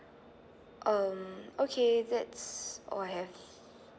um okay that's all I have